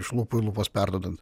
iš lūpų lūpos perduodant